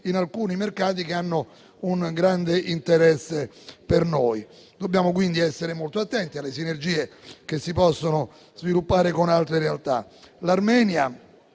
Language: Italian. in alcuni mercati che hanno per noi un grande interesse. Dobbiamo quindi essere molto attenti alle sinergie che si possono sviluppare con altre realtà.